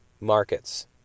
markets